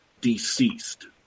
Deceased